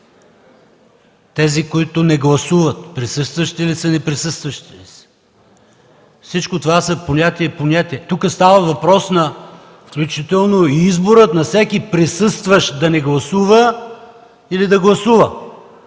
Тези, които не гласуват, присъстващи ли са или не? Всичко това са понятия и понятия. Тук става въпрос включително за избора на всеки присъстващ да не гласува или да гласува,